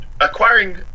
acquiring